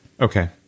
Okay